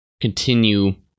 continue